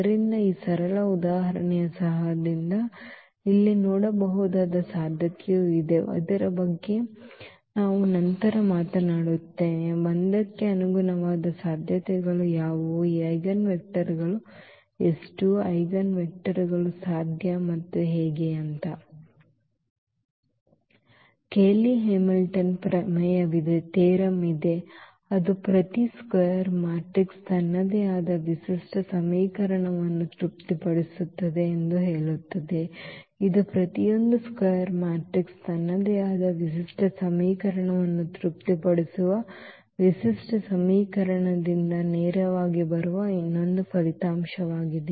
ಆದ್ದರಿಂದ ಈ ಸರಳ ಉದಾಹರಣೆಯ ಸಹಾಯದಿಂದ ಇಲ್ಲಿ ನೋಡಬಹುದಾದ ಸಾಧ್ಯತೆಯೂ ಇದೆ ಇದರ ಬಗ್ಗೆ ನಾವು ನಂತರ ಮಾತನಾಡುತ್ತೇವೆ 1 ಕ್ಕೆ ಅನುಗುಣವಾದ ಸಾಧ್ಯತೆಗಳು ಯಾವುವು ಈ ಐಜೆನ್ವೆಕ್ಟರ್ಗಳು ಎಷ್ಟು ಐಜೆನ್ವೆಕ್ಟರ್ಗಳು ಸಾಧ್ಯ ಮತ್ತು ಹೀಗೆ ಕೇಲಿ ಹ್ಯಾಮಿಲ್ಟನ್ ಪ್ರಮೇಯವಿದೆ ಅದು ಪ್ರತಿ ಚದರ ಮ್ಯಾಟ್ರಿಕ್ಸ್ ತನ್ನದೇ ಆದ ವಿಶಿಷ್ಟ ಸಮೀಕರಣವನ್ನು ತೃಪ್ತಿಪಡಿಸುತ್ತದೆ ಎಂದು ಹೇಳುತ್ತದೆ ಇದು ಪ್ರತಿಯೊಂದು ಚೌಕ ಮ್ಯಾಟ್ರಿಕ್ಸ್ ತನ್ನದೇ ಆದ ವಿಶಿಷ್ಟ ಸಮೀಕರಣವನ್ನು ತೃಪ್ತಿಪಡಿಸುವ ವಿಶಿಷ್ಟ ಸಮೀಕರಣದಿಂದ ನೇರವಾಗಿ ಬರುವ ಇನ್ನೊಂದು ಫಲಿತಾಂಶವಾಗಿದೆ